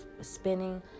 spinning